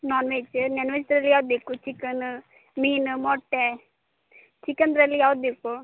non veg ನಾನ್ವೆಜ್ಜಲ್ಲಿ ಯಾವ್ದು ಬೇಕು ಚಿಕನ್ ಮೀನು ಮೊಟ್ಟೆ ಚಿಕನ್ದ್ರಲ್ಲಿ ಯಾವ್ದು ಬೇಕು